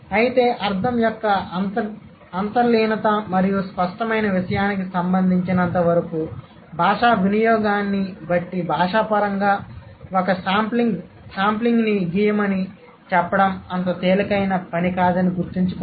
అయితే అర్థం యొక్క అంతర్లీనత మరియు స్పష్టమైన విషయానికి సంబంధించినంతవరకు భాషా వినియోగాన్ని బట్టి భాషాపరంగా ఒక శాంప్లింగ్ని గీయమని చెప్పడం అంత తేలికైన పని కాదని గుర్తుంచుకోండి